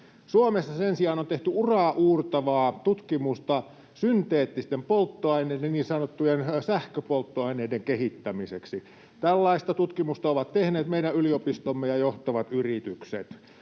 Suomessa sen sijaan on tehty uraauurtavaa tutkimusta synteettisten polttoaineiden, niin sanottujen sähköpolttoaineiden, kehittämiseksi. Tällaista tutkimusta ovat tehneet meidän yliopistomme ja johtavat yritykset.